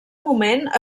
moment